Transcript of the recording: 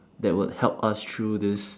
that would help us through this